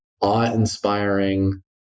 awe-inspiring